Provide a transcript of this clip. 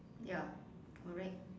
ya correct